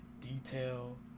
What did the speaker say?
detail